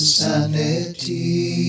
sanity